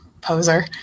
poser